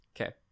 Okay